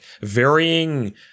varying